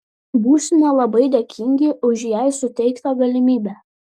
būsime labai dėkingi už jai suteiktą galimybę